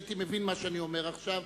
הייתי מבין מה שאני אומר עכשיו: